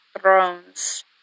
thrones